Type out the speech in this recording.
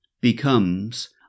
becomes